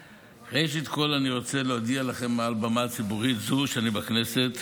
ראשית כול אני רוצה להודיע לכם מעל במה ציבורית זו שלי בכנסת: